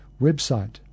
website